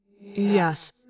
Yes